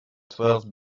twelve